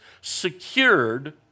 secured